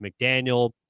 McDaniel